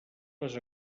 les